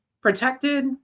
protected